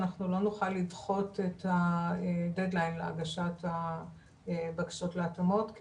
לא נוכל לדחות את הדד-ליין להגשת הבקשות להתאמות כי